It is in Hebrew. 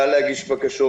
קל להגיש בקשות,